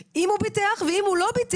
בין אם הוא ביטח ובין אם הוא לא ביטח,